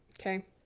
okay